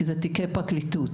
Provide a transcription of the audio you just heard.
כי אלה תיקי פרקליטות.